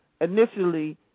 initially